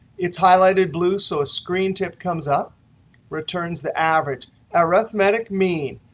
it's highlighted blue, so a screen tip comes up returns the average arithmetic mean.